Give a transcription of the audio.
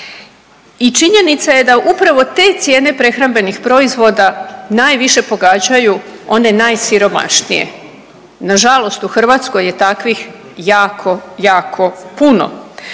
I činjenica je da upravo te cijene prehrambenih proizvoda najviše pogađaju one najsiromašnije. Na žalost u Hrvatskoj je takvih jako, jako puno.